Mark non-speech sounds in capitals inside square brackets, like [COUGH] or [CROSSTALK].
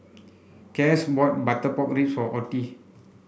Cas bought butter pork [UNINTELLIGIBLE] so Ottie